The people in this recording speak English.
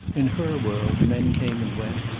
in her world men came and went,